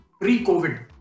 pre-covid